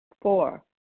Four